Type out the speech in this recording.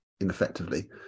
ineffectively